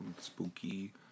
spooky